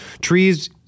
trees